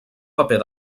paper